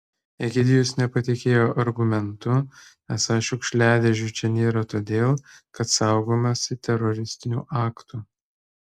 egidijus nepatikėjo argumentu esą šiukšliadėžių čia nėra todėl kad saugomasi teroristinių aktų